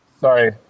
Sorry